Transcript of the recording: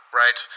right